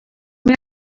més